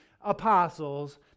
apostles